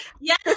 Yes